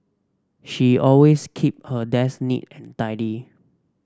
she always keep her desk neat and tidy